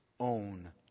own